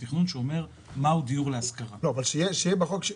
התכנון שאומר מהו דיור להשכרה --- לא אבל שיהיה בחוק,